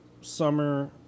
summer